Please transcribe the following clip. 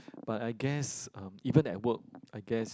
but I guess um even at work I guess